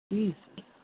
Jesus